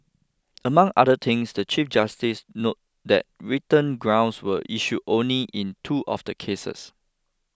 among other things the Chief Justice noted that written grounds were issued only in two of the cases